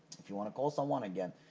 if you want to call someone, again,